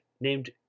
named